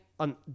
On